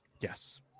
yes